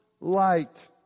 light